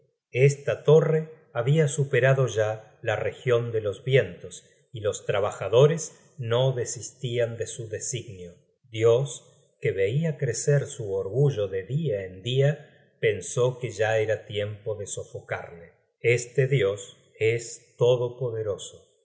esta torre habia superado ya la region de los vientos y los trabajadores no desistian de su designio dios que veia crecer su orgullo de dia en dia pensó que ya era tiempo de sofocarle este dios es